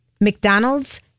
McDonald's